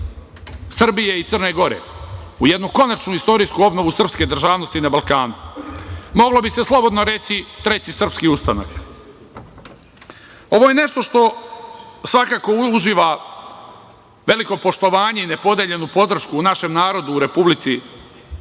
Srbije i Crne Gore, u jednu konačnu istorijsku obnovu srpske državnosti na Balkanu. Moglo bi se slobodno reći treći srpski ustanak. Ovo je nešto što svakako uživa veliko poštovanje i nepodeljenu podršku u našem narodu u Republici